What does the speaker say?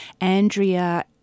Andrea